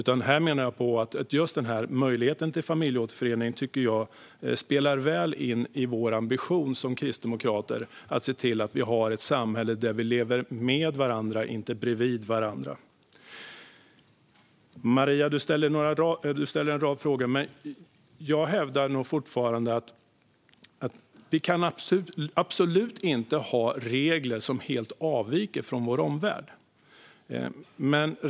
Jag tycker att möjligheten till familjeåterförening spelar väl in i vår ambition som kristdemokrater att se till att vi har ett samhälle där vi lever med varandra, inte bredvid varandra. Maria ställde en rad frågor, men jag hävdar fortfarande att vi absolut inte kan ha regler som helt avviker från vår omvärld.